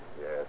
Yes